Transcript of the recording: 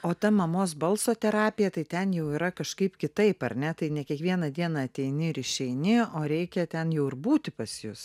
o ta mamos balso terapija tai ten jau yra kažkaip kitaip ar ne tai ne kiekvieną dieną ateini ir išeini o reikia ten jau ir būti pas jus